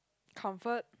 comfort